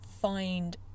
find